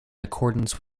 accordance